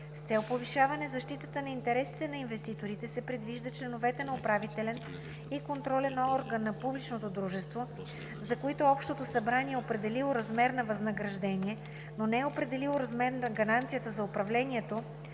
С цел повишаване защитата на интересите на инвеститорите се предвижда членовете на управителен и контролен орган на публичното дружество, за които общото събрание е определило размер на възнаграждение, но не e определило размер на гаранцията за управлението,